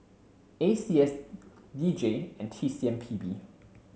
A C S D J and T C M P B